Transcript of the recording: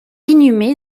inhumée